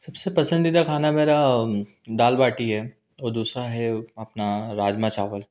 सब से पसंदीदा खाना मेरा दाल बाटी है और दूसरा है अपना राजमा चावल